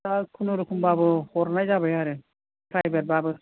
दा खुनुरोखोम बाबो हरनाय जाबाय आरो फ्राइभेत बाबो